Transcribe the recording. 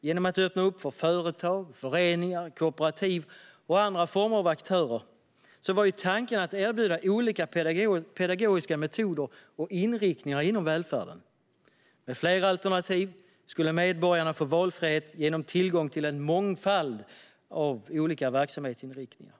Genom att öppna upp för företag, föreningar, kooperativ och andra former av aktörer var tanken att erbjuda olika pedagogiska metoder och inriktningar inom välfärden. Med fler alternativ skulle medborgarna få valfrihet genom tillgång till en mångfald av olika verksamhetsinriktningar.